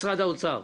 משרד האוצר,